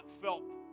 felt